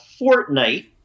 Fortnite